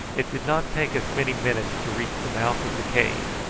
it did not take us many minutes to reach the mouth of the cave,